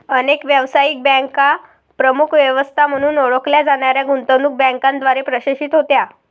अनेक व्यावसायिक बँका प्रमुख व्यवस्था म्हणून ओळखल्या जाणाऱ्या गुंतवणूक बँकांद्वारे प्रशासित होत्या